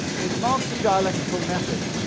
is marx's dialectical method